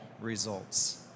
results